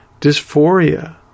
dysphoria